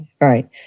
right